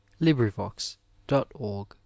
Librivox.org